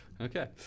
okay